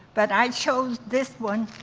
but i chose this one,